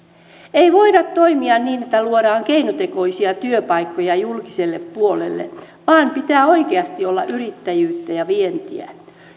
ei voida toimia niin että luodaan keinotekoisia työpaikkoja julkiselle puolelle vaan pitää oikeasti olla yrittäjyyttä ja vientiä